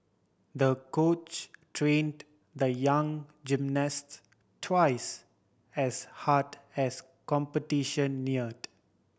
the coach trained the young gymnasts twice as hard as competition neared